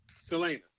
Selena